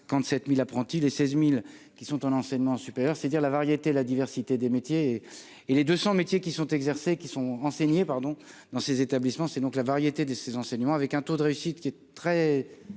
7000 apprentis, les seize mille qui sont en enseignement supérieur, c'est-à-dire la variété, la diversité des métiers et les 200 métiers qui sont exercés qui sont enseignées pardon dans ces établissements, c'est donc la variété de ses enseignements avec un taux de réussite qui est très